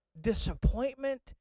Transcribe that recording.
disappointment